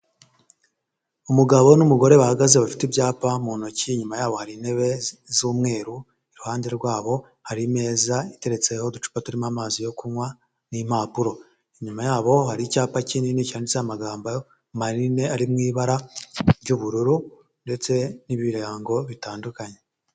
Umugabo n'umugore bahagaze bafite ibyapa mu ntoki, inyuma yaho hari intebe z'umweru, iruhande rwabo hari imeza iteretseho uducupa turimo amazi yo kunywa n'impapuro, inyuma yabo hari icyapa kinini cyanditseho amagambo manini ari mu ibara ry'ubururu ndetse n'ibirango bitandukanye.